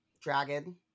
Dragon